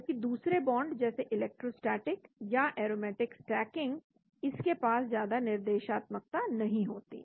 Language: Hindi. जबकि दूसरे बांड जैसे इलेक्ट्रोस्टेटिक या एरोमेटिक स्टाकिंग इसके पास ज्यादा निर्देशात्मकता नहीं होती